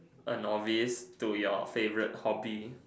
A novice to your favorite hobby